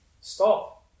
Stop